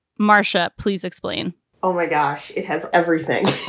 marcia, please explain oh, my gosh. it has everything.